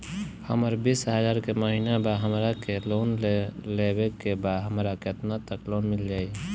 हमर बिस हजार के महिना बा हमरा के लोन लेबे के बा हमरा केतना तक लोन मिल जाई?